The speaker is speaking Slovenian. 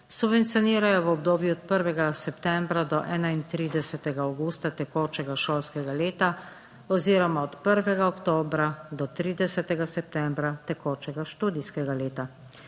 subvencionirajo v obdobju od 1. septembra do 31. avgusta tekočega šolskega leta oziroma od 1. oktobra do 30. septembra tekočega študijskega leta.